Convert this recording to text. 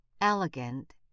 elegant